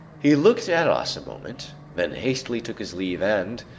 he looked at us a moment, then hastily took his leave and,